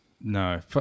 No